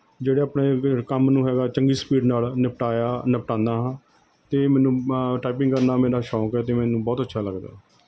ਜਿਹੜੇ ਆਪਣੇ ਕੰਮ ਨੂੰ ਹੈਗਾ ਚੰਗੀ ਸਪੀਡ ਨਾਲ ਨਿਪਟਾਇਆ ਨਿਪਟਾਉਂਦਾ ਹਾਂ ਅਤੇ ਮੈਨੂੰ ਟਾਈਪਿੰਗ ਕਰਨਾ ਮੇਰਾ ਸ਼ੌਂਕ ਹੈ ਅਤੇ ਮੈਨੂੰ ਬਹੁਤ ਅੱਛਾ ਲੱਗਦਾ ਹੈ